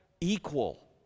equal